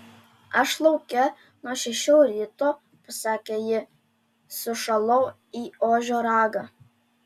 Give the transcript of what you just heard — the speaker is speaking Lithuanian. aš lauke nuo šešių ryto pasakė ji sušalau į ožio ragą